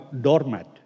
doormat